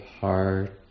heart